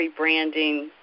rebranding